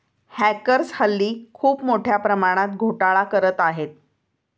hackers हल्ली खूप मोठ्या प्रमाणात घोटाळा करत आहेत